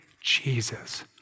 Jesus